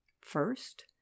First